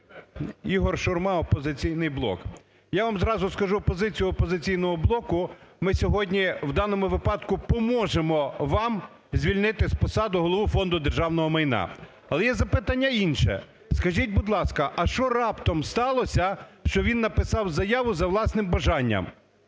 Ігор Шурма, "Опозиційний блок". Я вам зразу скажу позицію "Опозиційного блоку". Ми сьогодні в даному випадку поможемо вам звільнити з посади Голову Фонду державного майна. Але є запитання інше. Скажіть, будь ласка, а що раптом сталося, що він написав заяву за власним бажанням?